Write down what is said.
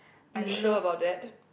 you sure about that